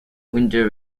winter